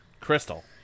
Crystal